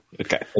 Okay